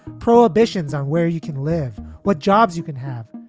prohibitions on where you can live, what jobs you can have.